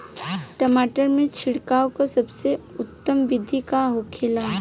टमाटर में छिड़काव का सबसे उत्तम बिदी का होखेला?